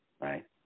Right